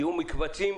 יהיו מקבצים,